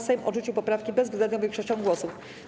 Sejm odrzucił poprawki bezwzględną większością głosów.